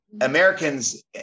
Americans